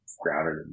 grounded